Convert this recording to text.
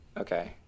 Okay